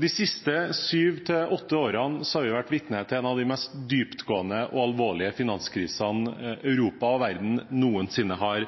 De siste syv–åtte årene har vi vært vitne til en av de mest dyptgående og alvorlige finanskrisene Europa og verden noensinne har